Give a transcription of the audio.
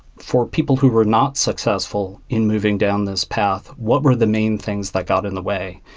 for people who were not successful in moving down this path, what were the main things that got in the way?